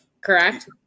correct